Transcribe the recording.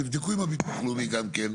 תבדקו את ביטוח לאומי גם כן.